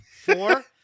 four